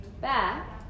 back